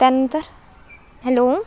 त्यानंतर हॅलो